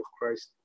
Christ